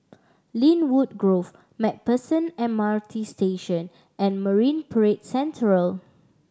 Lynwood Grove Macpherson M R T Station and Marine Parade Central